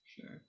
sure